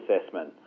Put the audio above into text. assessment